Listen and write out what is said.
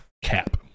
cap